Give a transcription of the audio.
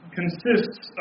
consists